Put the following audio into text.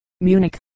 Munich